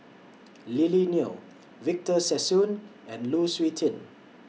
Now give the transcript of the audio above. Lily Neo Victor Sassoon and Lu Suitin